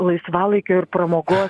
laisvalaikio ir pramogos